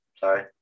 sorry